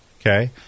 Okay